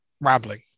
rambling